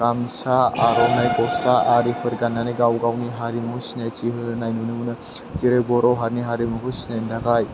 गामसा आर'नाइ गस्ला आरिफोर गाननानै गाव गावनि हारिमु सिनायथि होनाय नुनो मोनो जेरै बर' हारिनि हारिमुखौ सिनायनो थाखाय